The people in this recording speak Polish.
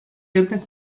jednak